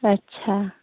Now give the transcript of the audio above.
अच्छा